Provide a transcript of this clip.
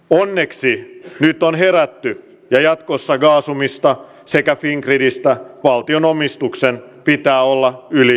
onneksi nyt on herätty ja jatkossa gasumista sekä fingridistä valtionomistuksen pitää olla yli puolet